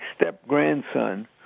step-grandson